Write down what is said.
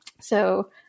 So-